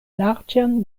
larĝan